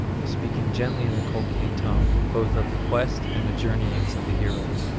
speaking gently in the colchian tongue, both of the quest and the journeyings of the heroes,